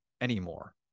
anymore